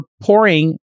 pouring